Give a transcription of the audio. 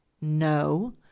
no